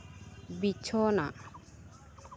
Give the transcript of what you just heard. ᱵᱤᱪᱷᱱᱟᱹ